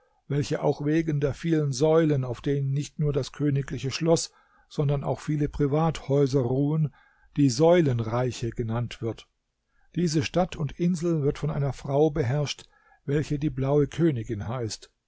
welche auch wegen der vielen säulen auf denen nicht nur das königliche schloß sondern auch viele privathäuser ruhen die säulenreiche genannt wird diese stadt und insel wird von einer frau beherrscht welche die blaue königin heißt